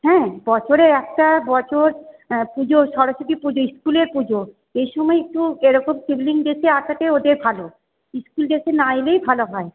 হ্যাঁ বছরে একটা বছর পুজো সরস্বতী পুজো স্কুলের পুজো এইসময় একটু এরকম ড্রেসে আসাটাই ওদের ভালো স্কুল ড্রেসে না এলেই ভালো হয়